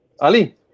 Ali